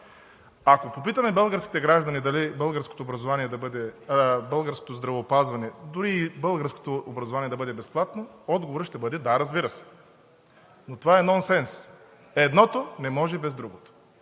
Ако попитаме българските граждани дали българското здравеопазване, дори и българското образование да бъде безплатно, отговорът ще бъде: „Да, разбира се!“ Но това е нонсенс. Едното не може без другото.